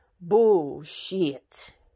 bullshit